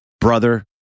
Brother